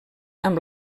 amb